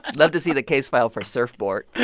love to see the case file for surfbort